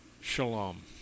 Shalom